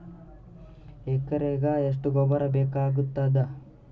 ಎಕರೆಗ ಎಷ್ಟು ಗೊಬ್ಬರ ಬೇಕಾಗತಾದ?